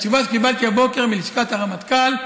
התשובה שקיבלתי הבוקר מלשכת הרמטכ"ל,